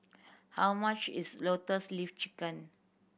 how much is Lotus Leaf Chicken